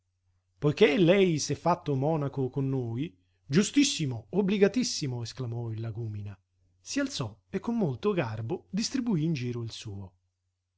poiché lei s'è fatto monaco con noi giustissimo obbligatissimo esclamò il lagúmina si alzò e con molto garbo distribuí in giro il suo